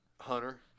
Hunter